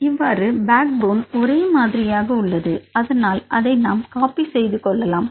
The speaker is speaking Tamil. இவ்வாறு பேக் போன் ஒரே மாதிரியாக உள்ளது அதனால் அதை நாம் காப்பி செய்து கொள்ளலாம்